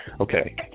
Okay